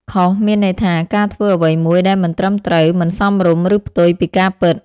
ខុស មានន័យថា ការធ្វើអ្វីមួយដែលមិនត្រឹមត្រូវ មិនសមរម្យ ឬផ្ទុយពីការពិត។